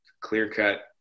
clear-cut